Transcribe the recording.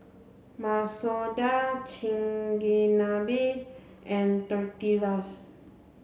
Masoor Dal Chigenabe and Tortillas